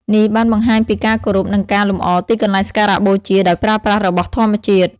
នេះបានបង្ហាញពីការគោរព និងការលម្អទីកន្លែងសក្ការៈបូជាដោយប្រើប្រាស់របស់ធម្មជាតិ។